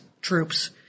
troops